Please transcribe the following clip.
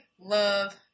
love